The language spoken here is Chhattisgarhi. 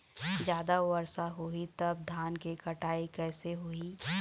जादा वर्षा होही तब धान के कटाई कैसे होही?